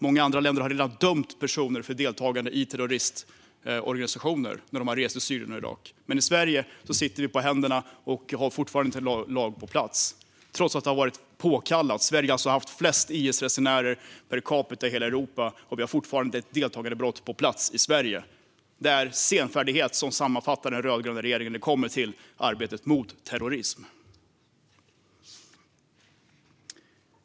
Många andra länder har redan dömt personer för deltagande i terroristorganisationer när de har rest till Syrien och Irak. Men i Sverige sitter vi på händerna och har fortfarande inte någon lag på plats trots att det har varit påkallat. Sverige har haft flest IS-resenärer per capita i hela Europa, och vi har fortfarande inte rubriceringen deltagandebrott på plats i Sverige. Det är ordet senfärdighet som sammanfattar den rödgröna regeringen när det kommer till arbetet mot terrorism.